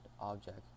object